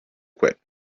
quit